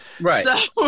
Right